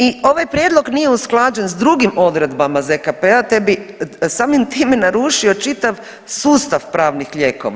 I ovaj prijedlog nije usklađen s drugim odredbama ZKP-a te bi samim time narušio čitav sustav pravnih lijekova.